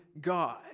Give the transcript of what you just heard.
God